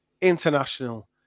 international